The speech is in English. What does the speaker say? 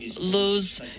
lose